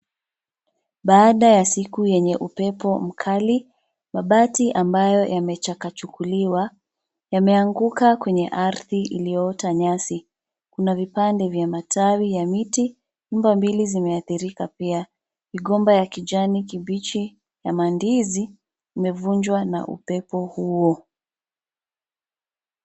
Baada ya siku yenye upepo mkali, mabati ambayo yamechakachukuliwa, yameanguka kwenye ardhi iliyoota nyasi. Kuna vipande vya matawi ya miti. Nyumba mbili zimeadhirika pia. Gomba ya kijani kibichi ya mandizi umevunjwa na upepo huo.